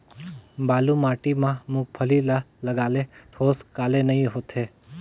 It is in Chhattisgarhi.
बालू माटी मा मुंगफली ला लगाले ठोस काले नइ होथे?